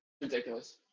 ridiculous